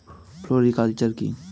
Floriculture কি?